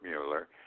Mueller